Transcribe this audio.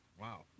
wow